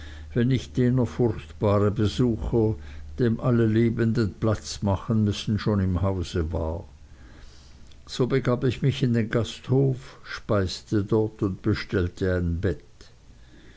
wenn nicht jener furchtbare besucher dem alle lebenden platz machen müssen schon im hause war so begab ich mich in den gasthof speiste dort und bestellte ein bett